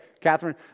Catherine